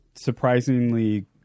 surprisingly